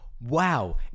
Wow